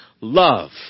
love